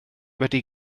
wedi